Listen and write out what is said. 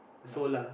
like